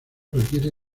requiere